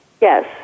yes